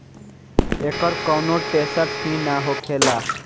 एकर कौनो टेसट ही ना होखेला